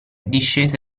discese